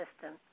system